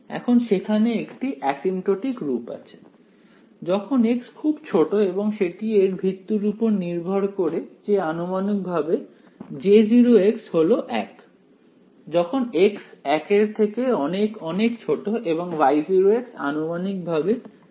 এখন সেখানে একটি এসিম্পটোটিক রূপ আছে যখন x খুব ছোট এবং সেটি এর ভিত্তির উপর নির্ভর করে যে আনুমানিকভাবে J0 হলো 1 যখন x একের থেকে অনেক অনেক ছোট এবং Y0 আনুমানিকভাবে 2π log